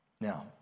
Now